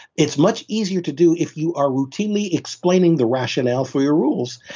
it's much easier to do if you are routinely explaining the rationale for your rules.